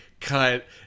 cut